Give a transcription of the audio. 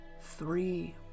three